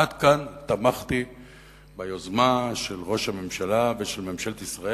עד כאן תמכתי ביוזמה של ראש הממשלה ושל ממשלת ישראל.